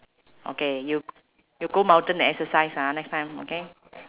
okay you you go mountain exercise ah next time okay